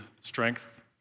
strength